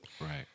Right